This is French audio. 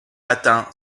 matin